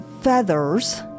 feathers